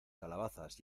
calabazas